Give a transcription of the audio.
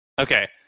Okay